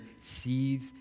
seethe